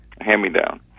hand-me-down